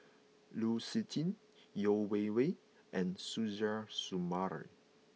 Lu Suitin Yeo Wei Wei and Suzairhe Sumari